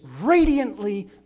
radiantly